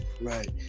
right